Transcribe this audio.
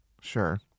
Sure